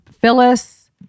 Phyllis